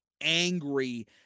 angry